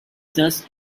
thus